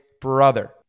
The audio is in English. brother